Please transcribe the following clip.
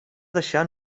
deixar